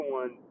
one